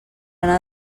anar